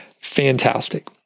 Fantastic